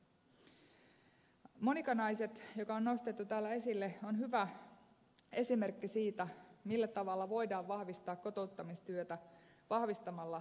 monika naiset joka on nostettu täällä esille on hyvä esimerkki siitä millä tavalla voidaan vahvistaa kotouttamistyötä vahvistamalla maahanmuuttajajärjestön roolia